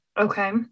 Okay